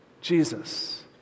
Jesus